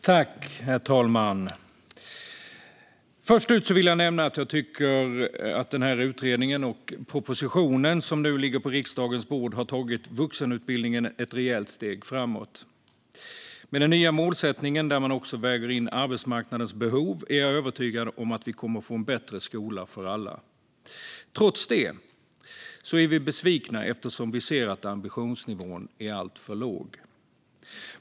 Herr talman! Först vill jag nämna att jag tycker att utredningen och propositionen som nu ligger på riksdagens bord har tagit vuxenutbildningen ett rejält steg framåt. Med den nya målsättningen, där man också väger in arbetsmarknadens behov, är jag övertygad om att vi kommer att få en bättre skola för alla. Trots det är vi besvikna eftersom vi ser att ambitionsnivån är alltför låg.